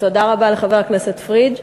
תודה לחבר הכנסת פריג'.